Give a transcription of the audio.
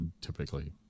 typically